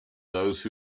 those